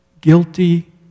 Guilty